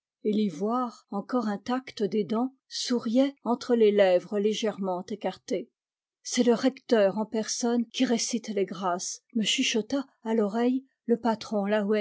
et l'ivoire encore intact des dents souriait entre les lèvres légèrement écartées c'est le recteur en personne qui récite les grâces me chuchota à l'oreille le patron